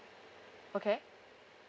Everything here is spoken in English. okay